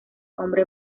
hombre